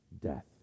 death